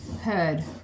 heard